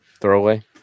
Throwaway